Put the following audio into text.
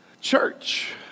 Church